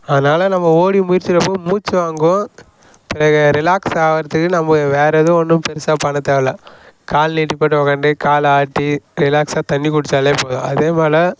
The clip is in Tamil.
அதனால நம்ம ஓடி மூச்சு விடுறப்போ மூச்சு வாங்கும் எனக்கு ரிலாக்ஸ் ஆகுறதுக்கு நம்ம வேற எதுவும் ஒன்றும் பெருசாக பண்ண தேவயில்ல கால் நீட்டி போட்டு உக்காந்து கால்ல ஆட்டி ரிலாக்ஸாக தண்ணி குடித்தாலே போதும் அதேபோல்